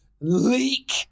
leak